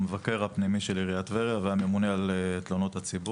המבקר הפנימי של עיריית טבריה והממונה על תלונות הציבור.